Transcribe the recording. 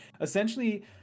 essentially